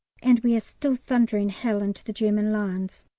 and we are still thundering hell into the german lines.